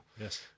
Yes